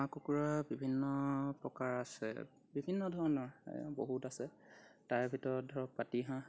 হাঁহ কুকুৰা বিভিন্ন প্ৰকাৰ আছে বিভিন্ন ধৰণৰ এই বহুত আছে তাৰ ভিতৰত ধৰক পাতিহাঁহ